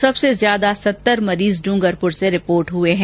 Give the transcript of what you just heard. सबसे ज्यादा सत्तर मरीज ड्रंगरपूर से रिपोर्ट हुए हैं